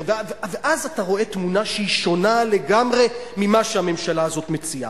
ואז אתה רואה תמונה שונה לגמרי ממה שהממשלה הזו מציעה.